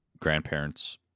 grandparents